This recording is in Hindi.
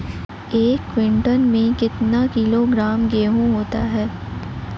एक क्विंटल में कितना किलोग्राम गेहूँ होता है?